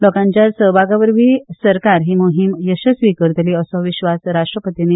लोकांच्या सहभागा वरवी सरकार ही मोहीम यशस्वी करतली असो विश्वास राश्ट्रपतीनी उक्तायलो